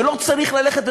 ולא צריך ללכת,